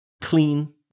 Clean